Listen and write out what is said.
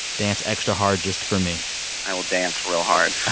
dance extra hard just for me i will dance real hard